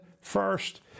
first